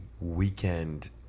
weekend